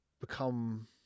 become